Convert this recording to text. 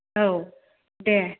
औ दे